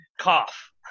cough